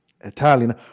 Italian